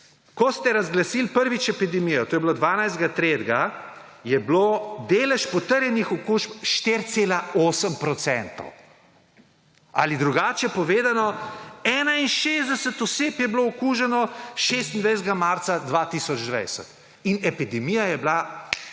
ko ste razglasili prvič epidemijo – to je bilo 12. 3. – je bil delež potrjenih okužb 4,8 % ali drugače povedano 61 oseb je bilo okuženo 26. marca 2020 in epidemija je bila